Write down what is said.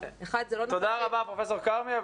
תודה רבה, פרופ' כרמי.